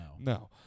No